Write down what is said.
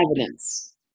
evidence